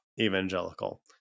evangelical